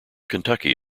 kentucky